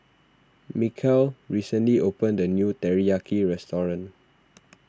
Mikal recently opened a new Teriyaki restaurant